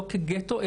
לא כגטו,